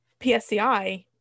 PSCI